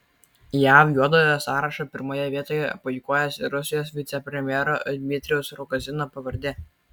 jav juodojo sąrašo pirmoje vietoje puikuojasi rusijos vicepremjero dmitrijaus rogozino pavardė